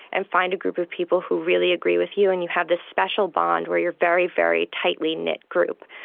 and find a group of people who really agree with you, and you have this special bond where you are a very, very tightly knit group.